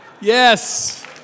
Yes